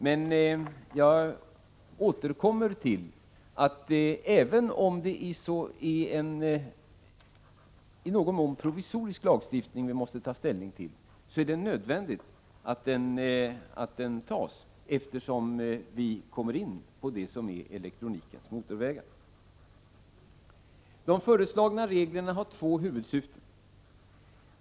Men jag återkommer till att även om det är en i någon mån provisorisk lagstiftning som vi måste ta ställning till, så är det nödvändigt att den antas eftersom vi kommer in på elektronikens motorvägar. De föreslagna reglerna har två huvudsyften.